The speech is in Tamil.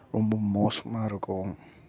ரொம்ப மோசமாக இருக்கும்